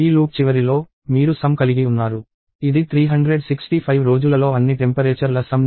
ఈ లూప్ చివరిలో మీరు సమ్ కలిగి ఉన్నారు ఇది 365 రోజులలో అన్ని టెంపరేచర్ ల సమ్ ని ఇస్తుంది